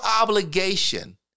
obligation